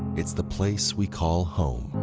it's the place we call home,